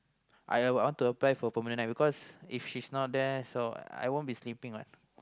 I I want to apply for permanent night cause if she's not there I won't be sleeping what